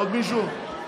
עוד מישהו?